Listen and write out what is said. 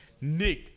Nick